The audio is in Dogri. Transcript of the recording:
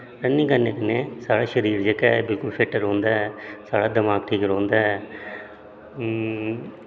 रनिंग करने कन्नै साढ़ा शरीर जेह्का ऐ बिलकुल फिट रौंहदा ऐ साढ़ा दमाग ठीक रौंहदा ऐ